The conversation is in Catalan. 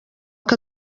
que